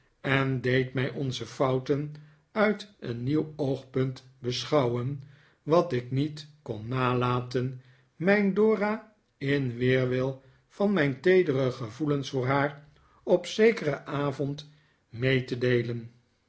en deed mij onze fouten uit een nieuw oogpunt beschouwen wat ik niet kon nalaten mijn dora in weerwil van mijn teedere gevoelens voor haar op zekeren avond mee te deelen